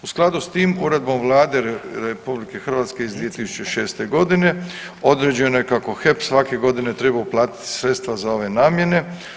U skladu s tim uredbom Vlade RH iz 2006. godine određeno je kako HEP svake godine treba uplatiti sredstva za ove namjene.